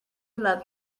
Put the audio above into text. love